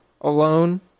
alone